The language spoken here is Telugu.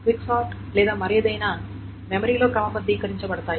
క్విక్ సార్ట్ లేదా మరేదైనా మెమరీలో క్రమబద్ధీకరించబడతాయి